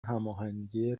هماهنگی